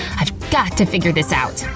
i've got to figure this out!